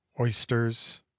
oysters